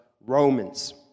Romans